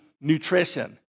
nutrition